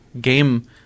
game